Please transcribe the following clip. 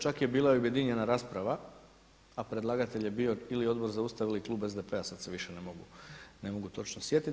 Čak je bila i objedinjena rasprava, a predlagatelj je bio ili Odbor za Ustav ili Klub SDP-a, sada se više ne mogu točno sjetiti.